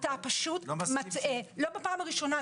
אתה פשוט מטעה, ולא בפעם הראשונה.